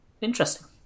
Interesting